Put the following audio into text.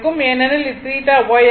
ஏனெனில் இது θY ஆகும்